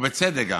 ובצדק גם,